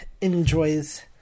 enjoys